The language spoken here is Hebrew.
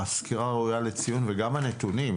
הסקירה ראויה לציון וגם הנתונים.